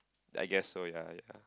I guess so yeah yeah